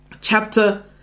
chapter